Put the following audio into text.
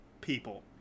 people